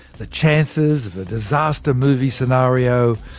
the chances of a disaster movie scenario,